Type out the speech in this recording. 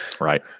Right